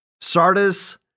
Sardis